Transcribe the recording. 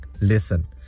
listen